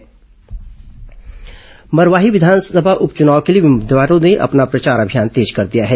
मरवाही उपचुनाव मरवाही विधानसभा उपचुनाव के लिए उम्मीदवारों ने अपना प्रचार अभियान तेज कर दिया है